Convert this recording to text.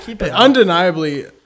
Undeniably